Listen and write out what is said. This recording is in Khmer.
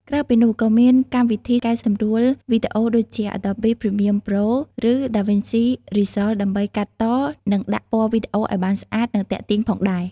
ក្រៅពីនោះក៏មានកម្មវិធីកែសម្រួលវីដេអូដូចជា Adobe Premiere Pro ឬ DaVinci Resolve ដើម្បីកាត់ត និងដាក់ពណ៌វីដេអូឲ្យបានស្អាត និងទាក់ទាញផងដែរ។